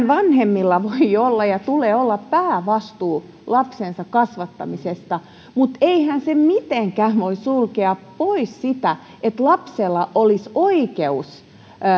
vanhemmilla voi olla ja tulee olla päävastuu lapsensa kasvattamisesta mutta eihän se mitenkään voi sulkea pois sitä että lapsella olisi oikeus